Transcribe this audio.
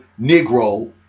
Negro